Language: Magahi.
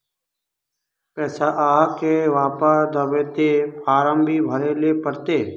पैसा आहाँ के वापस दबे ते फारम भी भरें ले पड़ते?